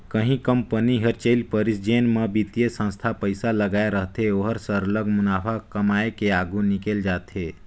कहीं कंपनी हर चइल परिस जेन म बित्तीय संस्था पइसा लगाए रहथे ओहर सरलग मुनाफा कमाए के आघु निकेल जाथे